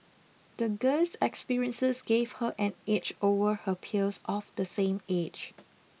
the girl's experiences gave her an edge over her peers of the same age